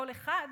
כל אחד